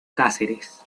cáceres